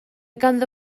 ganddo